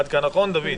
עד כאן נכון, דוד?